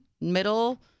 middle